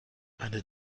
eine